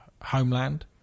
Homeland